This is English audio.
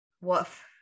Woof